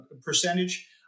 percentage